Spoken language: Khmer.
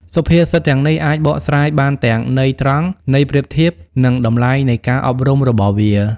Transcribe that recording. សុភាសិតទាំងនេះអាចបកស្រាយបានទាំងន័យត្រង់ ន័យប្រៀបធៀប និងតម្លៃនៃការអប់រំរបស់វា។